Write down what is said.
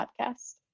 podcast